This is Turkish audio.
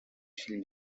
film